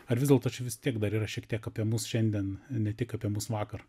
ar vis dėlto čia vis tiek dar yra šiek tiek apie mus šiandien ne tik apie mus vakar